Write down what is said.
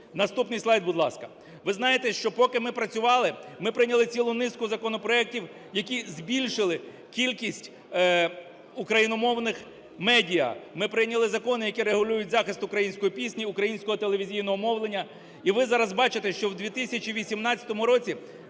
Наступний слайд, будь ласка. Ви знаєте, що, поки ми працювали, ми прийняли цілу низку законопроектів, які збільшили кількість україномовних медіа. Ми прийняли закони, які регулюють захист української пісні, українського телевізійного мовлення. І ви зараз бачите, що в 2018 році